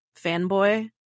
fanboy